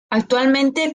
actualmente